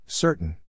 Certain